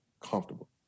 comfortable